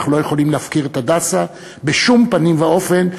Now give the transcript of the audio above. אנחנו לא יכולים להפקיר את "הדסה" בשום פנים ואופן,